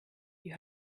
you